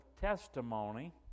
Testimony